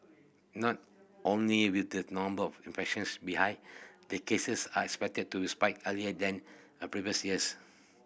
not only with the number of infections be high the cases are expected to spike earlier than a previous years